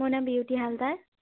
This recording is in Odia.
ମୋ ନାଁ ବିୟୁଟି ହାଲ୍ଦାର୍